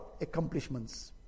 accomplishments